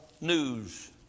news